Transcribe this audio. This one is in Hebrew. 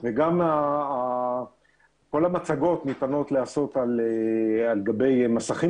כל המצגות ניתנות להיעשות על גבי מסכים